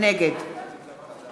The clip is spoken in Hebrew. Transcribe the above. נגד